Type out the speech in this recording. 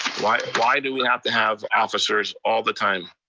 why why do we have to have officers all the time?